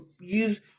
use